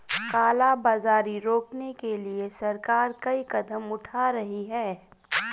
काला बाजारी रोकने के लिए सरकार कई कदम उठा रही है